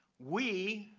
we,